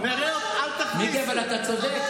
מיקי, אתה צודק.